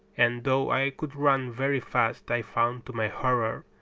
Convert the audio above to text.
and though i could run very fast, i found, to my horror,